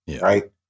Right